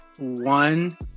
one